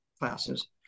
classes